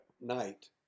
night